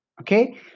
okay